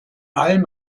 allen